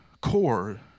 core